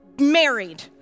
married